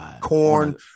corn